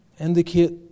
indicate